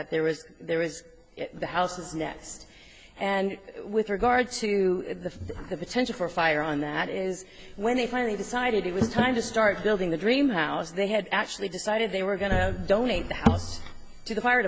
that there was there was the house nest and with regard to the potential for fire on that is when they finally decided it was time to start building the dream house they had actually decided they were going to donate t